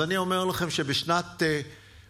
אני אומר לכם שבשנת 2000,